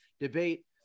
debate